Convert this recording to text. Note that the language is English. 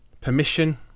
permission